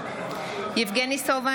בהצבעה יבגני סובה,